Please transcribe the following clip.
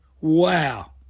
Wow